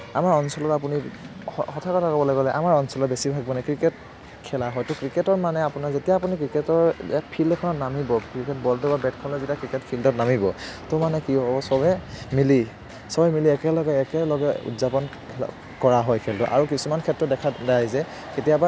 আমাৰ অঞ্চলত আপুনি সঁচা কথা ক'বলে গ'লে আমাৰ অঞ্চলত বেছিভাগ মানে ক্ৰিকেট খেলা হয় ত' ক্ৰিকেটৰ মানে আপোনাৰ যেতিয়া আপুনি ক্ৰিকেটৰ ফিল্ড এখনত নামিব ক্ৰিকেট বলটো বা বেটখন লৈ যেতিয়া ক্ৰিকেট ফিল্ডত নামিব ত' মানে কি হ'ব চবেই মিলি চবেই মিলি একেলগে একেলগে উদযাপন কৰা হয় খেলটো আৰু কিছুমান ক্ষেত্ৰত দেখা যায় যে কেতিয়াবা